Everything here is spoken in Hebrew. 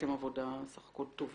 עשיתם עבודה טובה